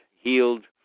healed